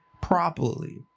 properly